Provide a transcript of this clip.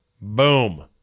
Boom